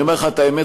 אני אומר לך את האמת,